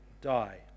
die